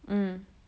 mm